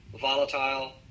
volatile